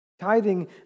Tithing